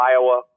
Iowa